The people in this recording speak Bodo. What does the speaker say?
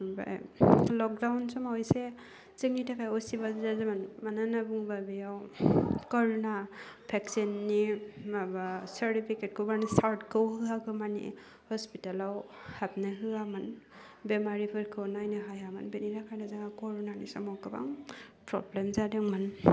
ओमफाय लकडाउन समाव इसे जोंनि थाखाय असुबिदा जादोंमोन मानो होनना बुङोबा बेयाव करुना भेक्सिननि माबा सार्टिपिकेटखौ मानि सार्टखौ होयागौ मानि हस्पितालाव हाबनो होआमोन बेमारिफोरखौ नायनो हायामोन बेनि थाखायनो जोंहा करुनानि समाव गोबां प्रब्लेम जादोंमोन